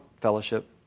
fellowship